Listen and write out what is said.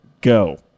go